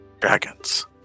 dragons